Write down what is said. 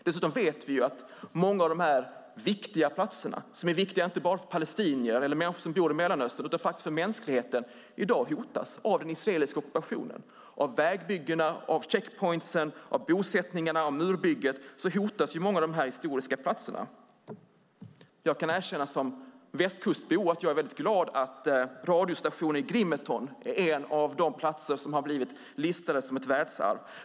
Dessutom vet vi att många av de viktiga historiska platserna, viktiga inte bara för palestinier eller människor som bor i Mellanöstern utan för hela mänskligheten, i dag hotas av den israeliska ockupationen, av vägbyggena, av checkpoints, av bosättningarna och av murbygget. Jag kan som västkustbo erkänna att jag är mycket glad över att radiostationen Grimeton är en av de platser som har blivit listade som ett världsarv.